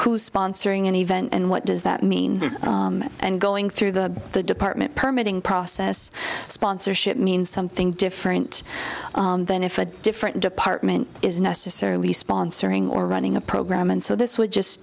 who's sponsoring an event and what does that mean and going through the department permitting process sponsorship means something different than if a different department is necessarily sponsoring or running a program and so this would just